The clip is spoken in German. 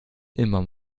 immer